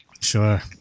Sure